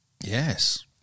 Yes